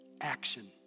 action